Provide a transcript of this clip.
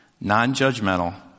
non-judgmental